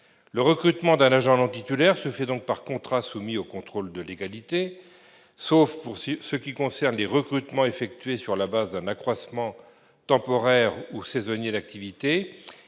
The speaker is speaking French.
Le recrutement d'un agent non titulaire se fait donc par contrat soumis au contrôle de légalité, sauf pour ce qui concerne les recrutements effectués sur la base d'un accroissement temporaire ou saisonnier d'activité.